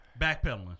backpedaling